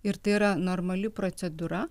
ir tai yra normali procedūra